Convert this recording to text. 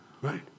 Right